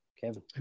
Kevin